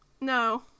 No